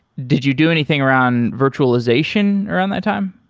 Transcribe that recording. did you do anything around virtualization around that time?